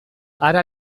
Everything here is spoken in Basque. hara